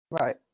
Right